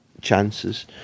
chances